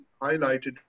highlighted